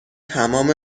تمام